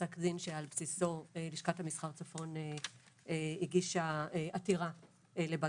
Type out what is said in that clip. זה פסק דין שעל בסיסו לשכת המסחר צפון הגישה עתירה לבג"צ,